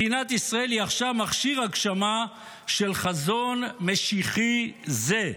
מדינת ישראל היא עכשיו מכשיר הגשמה של חזון משיחי זה".